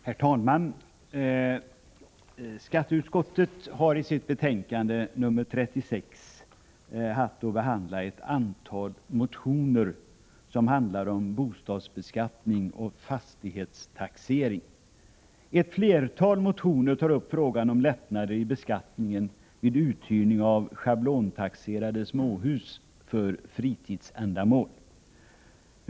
Herr talman! Skatteutskottet har i sitt betänkande nr 36 haft att behandla ett antal motioner som handlar om bostadsbeskattning och fastighetstaxering. Ett flertal motioner tar upp frågan om lättnader i beskattningen vid uthyrning av schablontaxerade småhus för fritidsändamål.